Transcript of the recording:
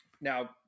now